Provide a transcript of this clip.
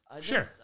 Sure